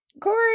corey